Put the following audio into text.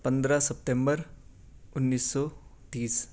پندرہ سپتمبر انیس سو تیس